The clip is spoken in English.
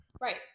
Right